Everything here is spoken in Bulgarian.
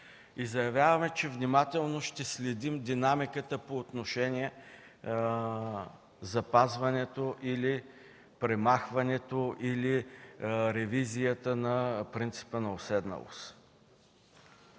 Заявяваме, че внимателно ще следим динамиката по отношение запазването, премахването или ревизията на принципа на уседналост.